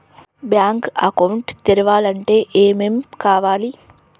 Bank account తెరవాలంటే ఏమేం కావాలి?